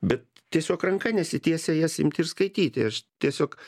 bet tiesiog ranka nesitiesia jas imti ir skaityti aš tiesiog